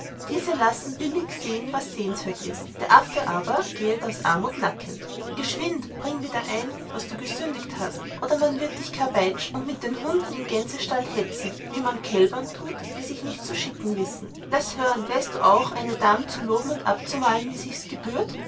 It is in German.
diese lassen billig sehen was sehenswert ist der affe aber gehet aus armut nackend geschwind bringe wieder ein was du gesündiget hast oder man wird dich karbäitschen und mit hunden in gänsstall hetzen wie man kälbern tut die sich nicht zu schicken wissen laß hören weißt du auch eine dam zu loben und abzumalen wie sichs gebührt